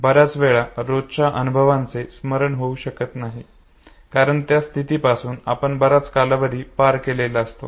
बऱ्याच वेळा रोजच्या अनुभवांचे स्मरण होऊ शकत नाही कारण त्या स्थितिपासून आपण बराच कालावधी पार केलेला असतो